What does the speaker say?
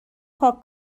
پاک